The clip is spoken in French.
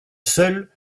seul